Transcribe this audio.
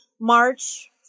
March